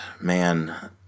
man